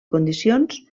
condicions